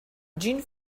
gene